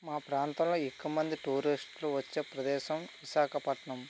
మా ప్రాంతంలో ఎక్కువ మంది టూరిస్ట్లు వచ్చే ప్రదేశం విశాఖపట్టణం